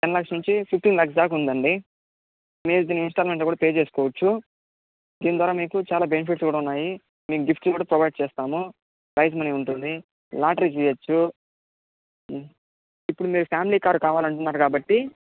ten lakhs నుంచి fifteen lakhs దాకా ఉందండి మీరు దిన్ని ఇన్స్టాల్మెంట్లో కూడా పే చేసుకొచ్చు దీని ద్వారా మీకు చాలా బెనిఫిట్స్ కూడా ఉన్నాయి మేము గిఫ్ట్లు కూడా ప్రొవైడ్ చేస్తాము ప్రైస్ మనీ ఉంటుంది లాటరీ తీయొచ్చు ఇప్పుడు మీరు ఫ్యామిలీ కార్ కావాలంటున్నారు కాబట్టి